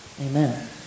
Amen